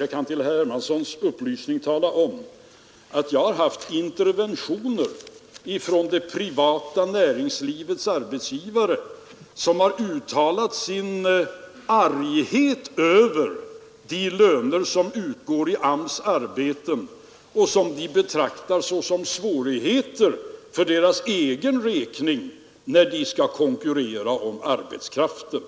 Jag kan tala om för herr Hermansson att jag har haft interventioner från det privata näringslivets arbetsgivare som har uttalat sin arghet över de löner som utgår i AMS:s arbeten. Dessa löner betraktar de som en svårighet när de skall konkurrera om arbetskraften.